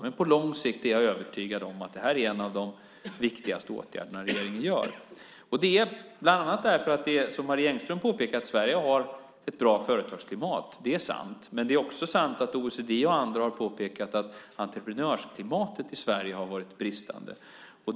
Men jag är övertygad om att detta på lång sikt är en av de viktigaste åtgärderna som regeringen vidtar. Marie Engström påpekar att Sverige har ett bra företagsklimat, och det är sant. Men det är också sant att OECD och andra har påpekat att entreprenörsklimatet i Sverige har varit bristande.